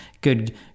good